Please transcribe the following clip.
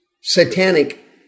satanic